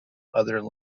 other